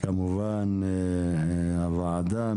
כמובן הוועדה,